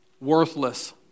worthless